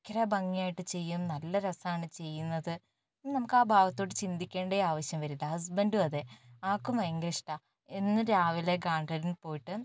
ഭയങ്കര ഭംഗിയായിട്ട് ചെയ്യും നല്ല രസാണ് ചെയ്യുന്നത് പിന്നെ നമ്മക്ക് ആ ഭാഗത്തോട്ട് ചിന്തിക്കേണ്ടെ ആവിശ്യം വരില്ല ഹസ്ബൻഡും അതെ ആൾക്കും ഭയങ്കര ഇഷ്ട്ട എന്നും രാവിലെ ഗാർഡനിൽ പോയിട്ട്